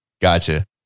Gotcha